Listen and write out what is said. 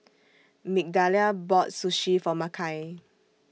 Migdalia bought Sushi For Makai